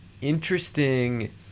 interesting